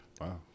Wow